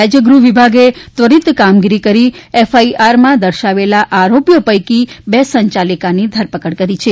રાજ્ય ગૃહવિભાગે ત્વરિત કામગીરી કરી એફઆઈઆરમાં દર્શાવેલા આરોપીઓ પૈકી બે સંચાલિકની ધરપકડ કરી છે